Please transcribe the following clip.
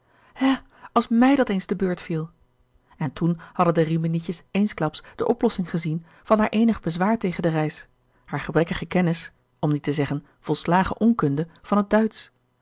hè als mij dat eens te beurt viel en toen hadden de riminietjes eensklaps de oplossing gezien van haar eenig bezwaar tegen de reis haar gebrekkige kennis om niet te zeggen volslagen onkunde van het duitsch